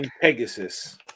Pegasus